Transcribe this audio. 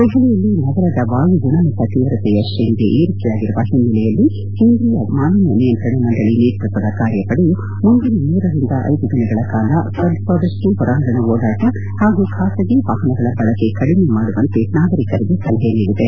ದೆಹಲಿಯಲ್ಲಿ ನಗರದ ವಾಯು ಗುಣಮಟ್ಟ ತೀವ್ರತೆಯ ತ್ರೇಣಿಗೆ ಏರಿಕೆಯಾಗಿರುವ ಹಿನ್ನೆಲೆಯಲ್ಲಿ ಕೇಂದ್ರೀಯ ಮಾಲಿನ್ನ ನಿಯಂತ್ರಣ ಮಂಡಳಿ ನೇತೃತ್ವದ ಕಾರ್ಯಪಡೆಯು ಮುಂದಿನ ಮೂರರಿಂದ ಐದು ದಿನಗಳ ಕಾಲ ಸಾಧ್ವವಾದಷ್ಟೂ ಹೊರಾಂಗಣ ಓಡಾಟ ಹಾಗೂ ಖಾಸಗಿ ವಾಹನಗಳ ಬಳಕೆ ಕಡಿಮೆ ಮಾಡುವಂತೆ ನಾಗರಿಕರಿಗೆ ಸಲಹೆ ನೀಡಿದೆ